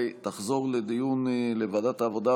ותחזור לדיון לוועדת העבודה,